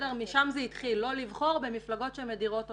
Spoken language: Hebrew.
משם זה התחיל, לא לבחור במפלגות שמדירות אותנו.